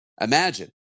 imagine